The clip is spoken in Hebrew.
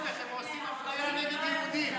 להפך, הם עושים אפליה נגד יהודים.